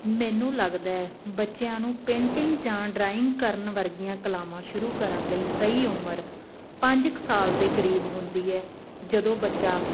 ਮੈਨੂੰ ਲੱਗਦਾ ਬੱਚਿਆਂ ਨੂੰ ਪੇਂਟਿੰਗ ਜਾਂ ਡਰਾਇੰਗ ਕਰਨ ਵਰਗੀਆਂ ਕਲਾਵਾਂ ਸ਼ੁਰੂ ਕਰਨ ਲਈ ਸਹੀ ਉਮਰ ਪੰਜ ਕੁ ਸਾਲ ਦੇ ਕਰੀਬ ਹੁੰਦੀ ਹੈ ਜਦੋਂ ਬੱਚਾ